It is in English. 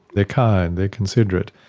they're kind, they're considerate,